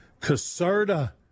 Caserta